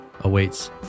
awaits